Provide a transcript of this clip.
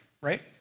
right